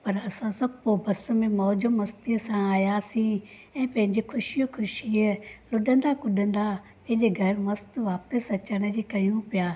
पर असां सभु पोइ बस में मौज मस्तीअ सां आयासीं ऐं पंहिंजे ख़ुशीअ ख़ुशीअ लुडंदा कुॾंदा पंहिंजे घरि मस्त वापसि अचण जी करियूं पिया